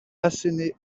asséner